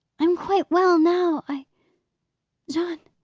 i'm quite well now i john!